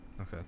Okay